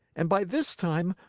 and by this time,